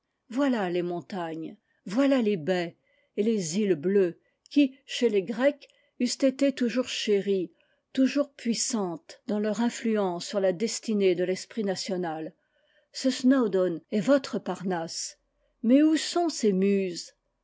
voilà les montagnes voilà les baies iet ies îles bleues qui chez les grecs eussent été toujours chéries toujours puissantes dans leur t psaume oxx note du traducteur influence sur a destinée de l'esprit national ce snowdon est votre parnasse mais où sont ses muses